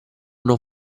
non